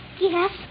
Yes